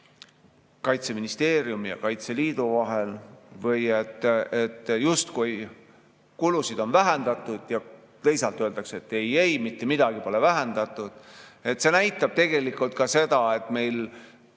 Kaitseministeeriumi ja Kaitseliidu vahel või et justkui kulusid on vähendatud, ja teisalt öeldakse, et ei-ei, mitte midagi pole vähendatud. See näitab ka seda, et meil